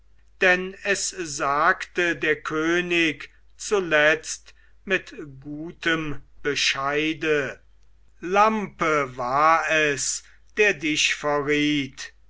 denn es sagte der könig zuletzt mit gutem bescheide lampe war es der dich verriet